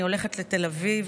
אני הולכת לתל אביב,